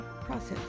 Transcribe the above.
process